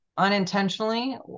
unintentionally